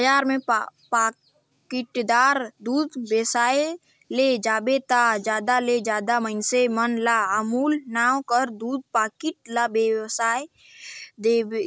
बजार में पाकिटदार दूद बेसाए ले जाबे ता जादा ले जादा मइनसे मन ल अमूल नांव कर दूद पाकिट ल बेसावत देखबे